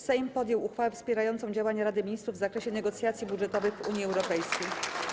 Sejm podjął uchwałę wspierającą działania Rady Ministrów w zakresie negocjacji budżetowych w Unii Europejskiej.